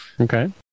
okay